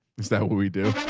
is that what we do?